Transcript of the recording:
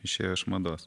išėjo iš mados